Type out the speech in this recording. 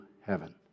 heaven